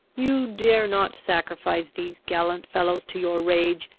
you dare not sacrifice these gallant fellows to your rage,